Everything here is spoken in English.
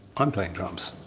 i'm playing drums.